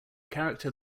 character